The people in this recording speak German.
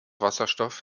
wasserstoff